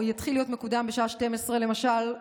או יתחיל להיות מקודם בשעה 12:00 למשל,